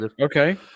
okay